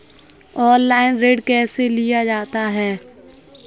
Online ऋण कैसे लिया जाता है?